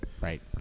right